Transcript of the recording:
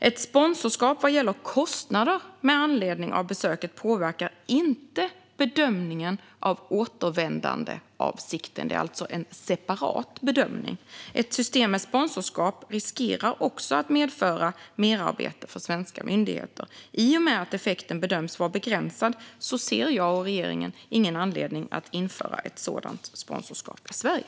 Ett sponsorskap vad gäller kostnader med anledning av besöket påverkar inte bedömningen av återvändandeavsikten. Det är alltså en separat bedömning. Ett system med sponsorskap riskerar också att medföra merarbete för svenska myndigheter. I och med att effekten bedöms vara begränsad ser jag och regeringen ingen anledning att införa ett sådant sponsorskap i Sverige.